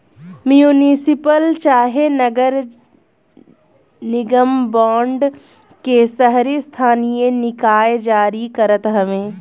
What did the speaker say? municipal चाहे नगर निगम बांड के शहरी स्थानीय निकाय जारी करत हवे